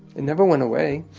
it never went away.